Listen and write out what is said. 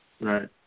Right